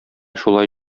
шулай